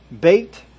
bait